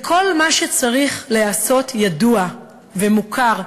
וכל מה שצריך להיעשות ידוע ומוכר.